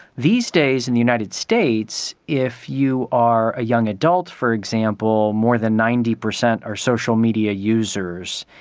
these days in the united states if you are a young adult for example, more than ninety percent are social media users.